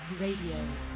Radio